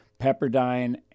Pepperdine